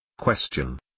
Question